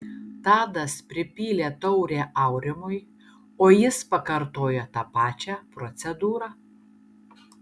tadas pripylė taurę aurimui o jis pakartojo tą pačią procedūrą